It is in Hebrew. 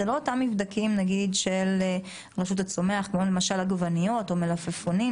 זה לא אותם מבדקים של רשות הצומח כמו למשל עגבניות או מלפפונים,